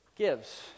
Gives